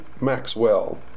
Maxwell